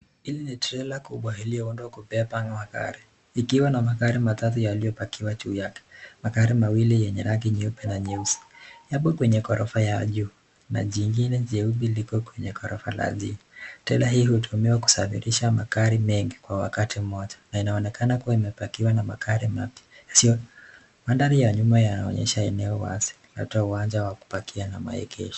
Hili ni trela kubwa iliyoundwa kubeba magari, ikiwa na magari matatu yaliyopakiwa juu yake, magari mawili yenye rangi nyeupe na nyeusi. Yapo kwenye ghorofa ya juu, na jingine jeupe liko kwenye ghorofa la chini. Trela hii hutumiwa kusafirisha magari mengi kwa wakati moja, na inaonekana kuwa imepakiwa na magari mapya. Mandhari ya nyuma inaonyesha eneo wazi, labda uwanja wa kupakia na maegesho.